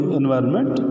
environment